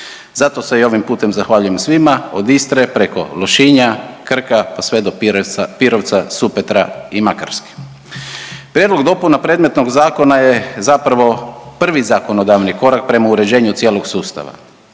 Zato se i ovim putem zahvaljujem svima od Istre, preko Lošinja, Krka, pa sve do Pirovca, Supetra i Makarske. Prijedlog dopuna predmetnog zakona je zapravo prvi zakonodavni korak prema uređenju cijelog sustava.